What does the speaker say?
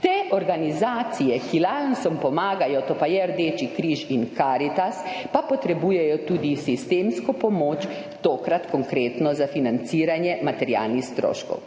Ti organizaciji, ki Lionsom pomagata, Rdeči križ in Karitas, pa potrebujeta tudi sistemsko pomoč, tokrat, konkretno, za financiranje materialnih stroškov.